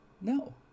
No